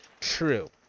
true